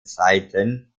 seiten